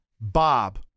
Bob